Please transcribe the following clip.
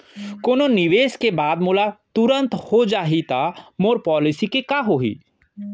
कोनो निवेश के बाद मोला तुरंत हो जाही ता मोर पॉलिसी के का होही?